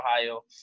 ohio